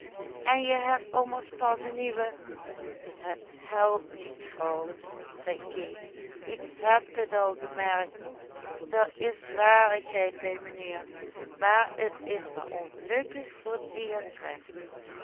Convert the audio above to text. en je hebt ommers pas een nieuwe het helpt niet vrouw zei kees ik heb t al gemerkt der is zwarigheid bij menheer maar t is maar ongelukkig voor die et treft